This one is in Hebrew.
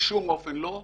בשום אופן לא,